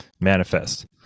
manifest